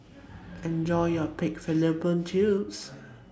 Enjoy your Pig Fallopian Tubes